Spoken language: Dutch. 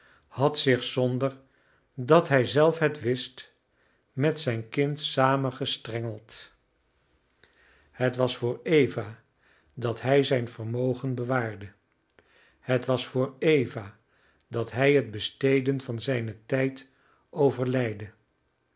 had zich zonder dat hij zelf het wist met zijn kind samengestrengeld het was voor eva dat hij zijn vermogen bewaarde het was voor eva dat hij het besteden van zijnen tijd overleide